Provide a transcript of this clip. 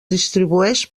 distribueix